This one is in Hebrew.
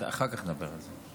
אחר כך נדבר על זה.